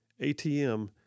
ATM